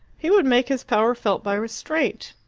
he would make his power felt by restraint.